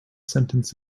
sentence